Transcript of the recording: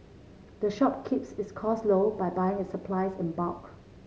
the shop keeps its costs low by buying its supplies in bulk